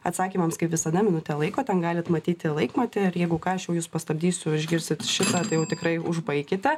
atsakymams kaip visada minutė laiko ten galit matyti laikmatį ir jeigu ką aš jau jus pastabdysiu išgirsit šitą tai jau tikrai užbaikite